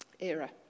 era